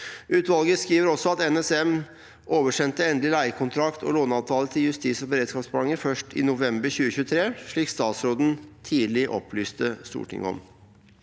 Utvalget skriver også at NSM oversendte endelig leiekontrakt og låneavtaler til Justis- og beredskapsdepartementet først i november 2023, slik statsråden tidlig opplyste Stortinget om.